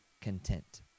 content